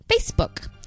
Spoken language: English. Facebook